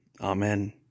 Amen